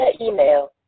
email